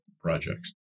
projects